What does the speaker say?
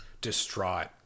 distraught